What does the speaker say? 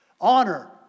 Honor